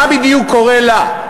מה בדיוק קורה לה?